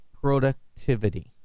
productivity